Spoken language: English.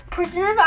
Prisoner